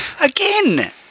again